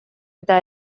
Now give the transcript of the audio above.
eta